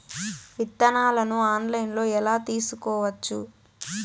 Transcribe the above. విత్తనాలను ఆన్లైన్లో ఎలా తీసుకోవచ్చు